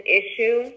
issue